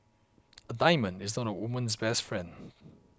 a diamond is not a woman's best friend